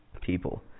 people